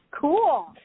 Cool